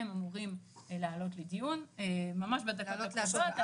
הם אמורים לעלות לדיון ממש בדקות הקרובות.